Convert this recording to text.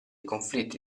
conflitti